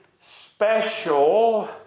special